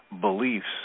beliefs